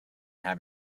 have